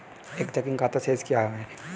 एक चेकिंग खाता शेष क्या है?